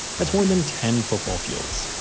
that's more than ten football fields.